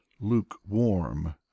lukewarm